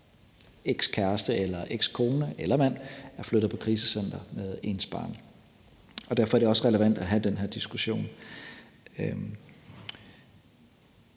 ekskæreste eller ekskone eller -mand er flyttet på krisecenter med ens barn. Derfor er det også relevant at have den her diskussion.